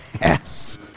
Yes